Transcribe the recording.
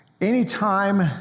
Anytime